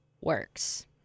works